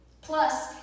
Plus